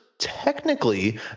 technically